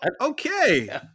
Okay